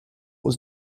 was